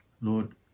Lord